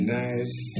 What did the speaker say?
nice